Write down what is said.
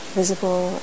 visible